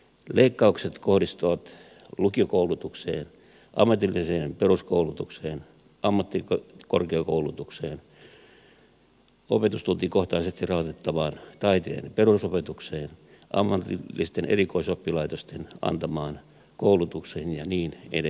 leikkaukset kohdistuvat lukiokoulutukseen ammatilliseen peruskoulutukseen ammattikorkeakoulutukseen opetustuntikohtaisesti rahoitettavaan taiteen perusopetukseen ammatillisten erikoisoppilaitosten antamaan koulutukseen ja niin edelleen